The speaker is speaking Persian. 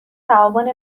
تعاون